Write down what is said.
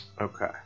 Okay